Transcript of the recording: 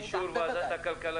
באישור ועדת הכלכלה של הכנסת.